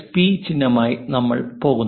P ചിഹ്നവുമായി നമ്മൾ പോകുന്നു